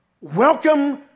welcome